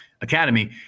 academy